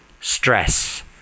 stress